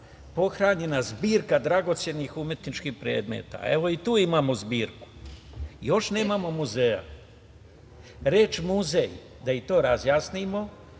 pohranjena zbirka dragocenih umetničkih predmeta. Evo, i tu imamo zbirku. Još nemamo muzeja. Reč muzej, da i to razjasnimo,